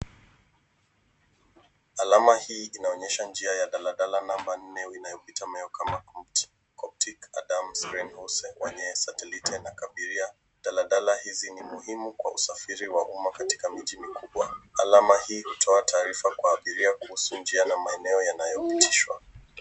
Alama hii inaonyesha njia ya daladala namba 4,inayopitia maeneo kama Community, Coptic, Adams, Greenhouse, Wanyee, Satelite, na Kabiria. Daladala hizi ni muhimu kwa usafiri wa umma katika miji mikubwa. Alama hii hutoa tarifa kwa abiria kuhusu njia na maeneo yanayopitishwa.